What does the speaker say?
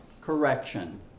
Correction